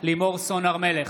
לימור סון הר מלך,